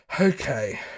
Okay